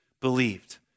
believed